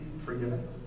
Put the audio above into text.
forgiven